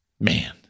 Man